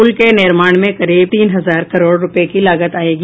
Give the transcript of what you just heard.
पुल के निर्माण में करीब तीन हजार करोड़ रूपये की लागत आयेगी